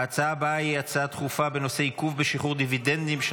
ההצעה הבאה היא הצעה דחופה בנושא: עיכוב בשחרור דיבידנדים של